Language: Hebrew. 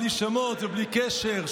בלי שמות ובלי קשר,